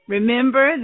Remember